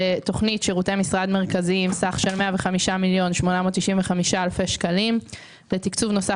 בתוכנית שירותי משרד מרכזיים סך של 105,695,000 שקלים לתקצוב נוסף